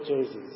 Jesus